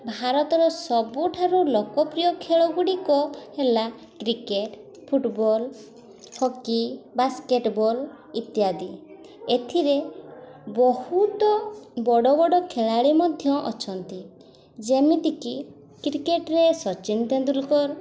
ଭାରତର ସବୁଠାରୁ ଲୋକପ୍ରିୟ ଖେଳ ଗୁଡ଼ିକ ହେଲା କ୍ରିକେଟ୍ ଫୁଟ୍ବଲ୍ ହକି ବାସ୍କେଟବଲ୍ ଇତ୍ୟାଦି ଏଥିରେ ବହୁତ ବଡ଼ ବଡ଼ ଖେଳାଳି ମଧ୍ୟ ଅଛନ୍ତି ଯେମିତିକି କ୍ରିକେଟରେ ସଚ୍ଚିନ୍ ତେନ୍ଦୁଲକର